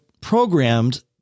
programmed